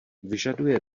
vyžaduje